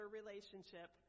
relationship